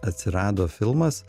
atsirado filmas